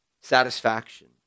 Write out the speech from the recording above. satisfaction